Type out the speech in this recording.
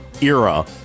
era